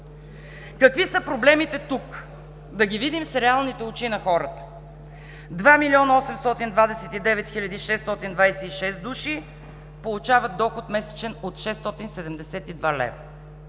Какви са проблемите тук? Да ги видим с реалните очи на хората: 2 млн. 829 хил. 626 души получават месечен доход от 672 лв.,